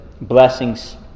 blessings